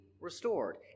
restored